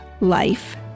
life